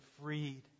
freed